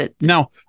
Now